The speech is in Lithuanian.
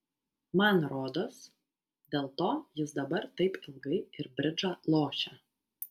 man rodos dėl to jis dabar taip ilgai ir bridžą lošia